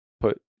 put